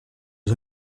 was